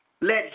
let